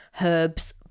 herbs